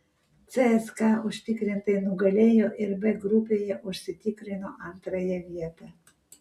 cska užtikrintai nugalėjo ir b grupėje užsitikrino antrąją vietą